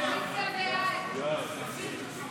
ההסתייגויות לסעיף 29